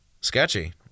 Sketchy